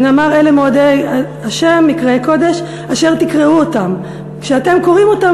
שנאמר: אלה מועדי ה' מקראי קדש אשר תקראו אתם" כשאתם קוראים אותם,